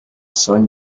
son